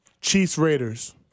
Chiefs-Raiders